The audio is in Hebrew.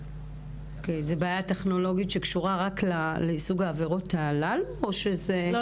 זו בעיה טכנולוגית שקשורה רק לסוג העבירות הללו או שזה משהו כללי?